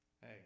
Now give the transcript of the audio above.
Hey